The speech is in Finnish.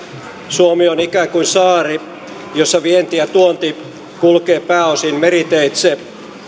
suomi on ikään kuin saari jossa vienti ja tuonti kulkevat pääosin meriteitse